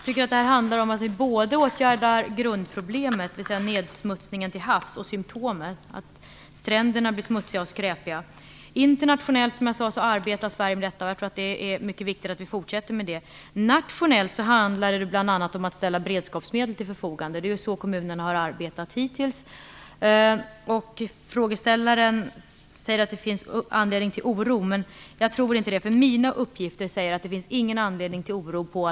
Fru talman! Det här handlar om att vi både skall åtgärda grundproblemet - nedsmutsningen till havs - och symtomen - att stränderna blir smutsiga och skräpiga. Som jag sade arbetar Sverige internationellt med denna fråga. Jag tror att det är mycket viktigt att vi fortsätter med det arbetet. Nationellt handlar det bl.a. om att ställa beredskapsmedel till förfogande. Det är så kommunerna har arbetat hittills. Frågeställaren säger att det finns anledning till oro, men jag tror inte det. Mina uppgifter säger att det inte finns någon anledning till oro.